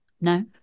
no